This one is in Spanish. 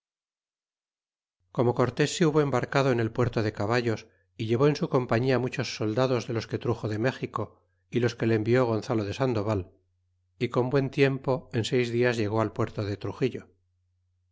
como cortés se hubo embarcado en el puerto de caballos y llevó en su compañía muchos soldados de los que truxo de méxico y los que le envió gonzalo de sandoval y con buen tiempo en seis dias llegó al puerto de truxillo